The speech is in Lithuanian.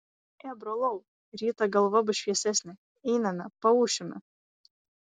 e brolau rytą galva bus šviesesnė einame paūšime